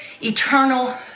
eternal